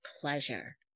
pleasure